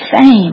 fame